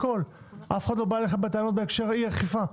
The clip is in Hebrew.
אף אחד לא בא אליך בטענות בהקשר אי-אכיפה.